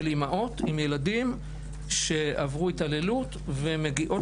של אימהות עם ילדים שעברו התעללות ומגיעות